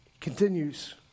continues